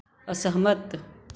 असहमत